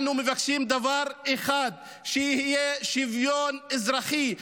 אנחנו מבקשים דבר אחד: שיהיה שוויון אזרחי,